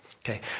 Okay